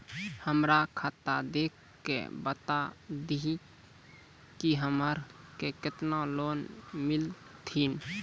हमरा खाता देख के बता देहु के हमरा के केतना लोन मिलथिन?